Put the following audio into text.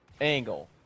angle